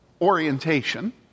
orientation